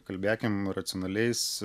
kalbėkim racionaliais